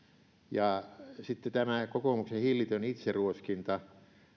ja sitten on tämä kokoomuksen hillitön itseruoskinta